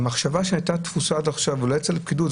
המחשבה שהייתה מקובעת עד עכשיו אולי אצל הפקידות,